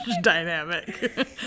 dynamic